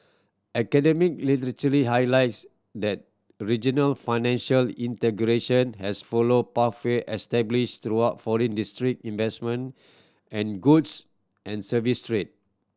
academic literature highlights that regional financial integration has followed pathway established through foreign direct investment and goods and services trade